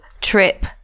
trip